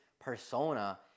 persona